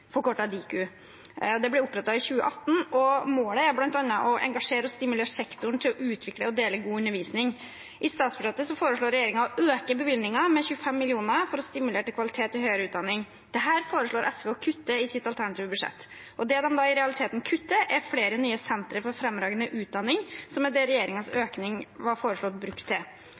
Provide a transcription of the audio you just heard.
Det ble opprettet i 2018, og målet er bl.a. å engasjere og stimulere sektoren til å utvikle og dele god undervisning. I statsbudsjettet foreslår regjeringen å øke bevilgningene med 25 mill. kr for å stimulere til kvalitet i høyere utdanning. Dette foreslår SV å kutte i sitt alternative budsjett. Det de da i realiteten kutter, er flere nye sentre for fremragende utdanning, som er det regjeringens økning var foreslått brukt til.